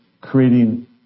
Creating